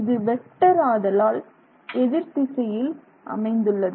இது வெக்டர் ஆதலால் எதிர் திசையில் அமைந்துள்ளது